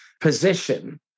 position